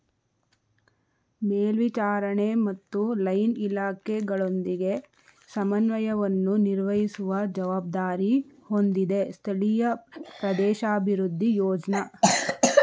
ಮೇಲ್ವಿಚಾರಣೆ ಮತ್ತು ಲೈನ್ ಇಲಾಖೆಗಳೊಂದಿಗೆ ಸಮನ್ವಯವನ್ನು ನಿರ್ವಹಿಸುವ ಜವಾಬ್ದಾರಿ ಹೊಂದಿದೆ ಸ್ಥಳೀಯ ಪ್ರದೇಶಾಭಿವೃದ್ಧಿ ಯೋಜ್ನ